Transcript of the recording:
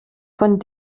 von